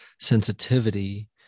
sensitivity